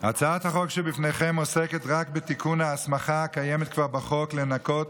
הצעת החוק שבפניכם עוסקת רק בתיקון ההסמכה הקיימת כבר בחוק לנכות